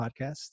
Podcast